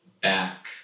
back